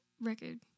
record